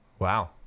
Wow